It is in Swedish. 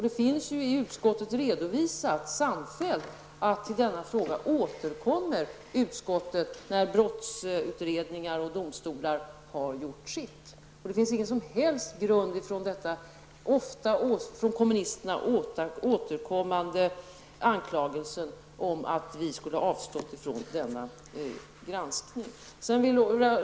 Det finns i utskottet samfällt redovisat att utskottet i denna fråga återkommer när brottsutredningar och domstolar har gjort sitt. Det finns ingen som helst grund för denna från kommunisterna ofta återkommande anklagelse om att vi skulle ha avstått från denna granskning.